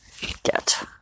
get